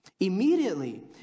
Immediately